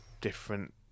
different